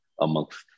amongst